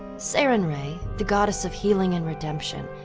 sarenrae, the goddess of healing and redemption,